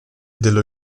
dello